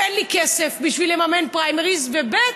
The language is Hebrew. אין לי כסף בשביל לממן פריימריז, וב.